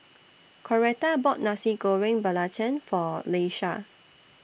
Coretta bought Nasi Goreng Belacan For Leisha